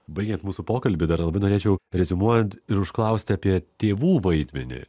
baigiant mūsų pokalbį dar labai norėčiau reziumuoti ir užklausti apie tėvų vaidmenį